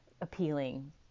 appealing